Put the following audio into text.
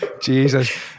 Jesus